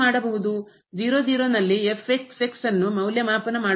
0 0 ನಲ್ಲಿ ಅನ್ನು ಮೌಲ್ಯಮಾಪನ ಮಾಡಬಹುದು